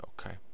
okay